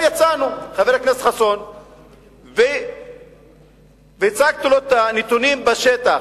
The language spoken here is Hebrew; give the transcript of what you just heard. יצאנו, והצגתי לו את הנתונים בשטח.